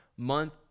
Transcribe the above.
Month